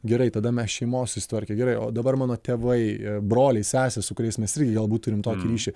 gerai tada mes šeimoj susitvarkę gerai o dabar mano tėvai broliai sesės su kuriais mes irgi galbūt turim tokį ryšį